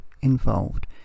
involved